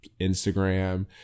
Instagram